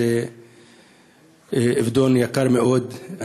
זה אובדן יקר מאוד.